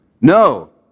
no